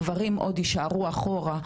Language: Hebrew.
הגברים עוד יישארו אחורה,